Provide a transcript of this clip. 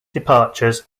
departures